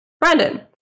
Brandon